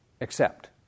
accept